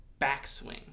backswing